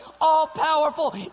all-powerful